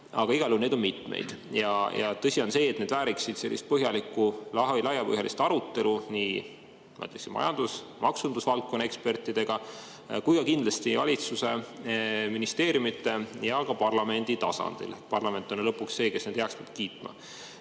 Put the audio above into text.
Igal juhul neid on mitmeid. Ja tõsi on see, et need vääriksid põhjalikku, laiapõhjalist arutelu nii majandus‑ ja maksundusvaldkonna ekspertidega kui ka kindlasti valitsuse, ministeeriumide ja ka parlamendi tasandil. Parlament on ju lõpuks see, kes need heaks peab kiitma.